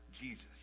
Jesus